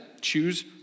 Choose